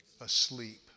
asleep